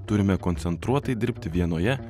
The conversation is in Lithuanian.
turime koncentruotai dirbti vienoje